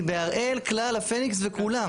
היא בהראל, כלל, הפניקס וכולם.